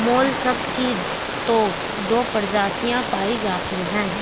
mollusc की तो दो प्रजातियां पाई जाती है